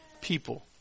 people